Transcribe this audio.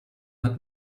hat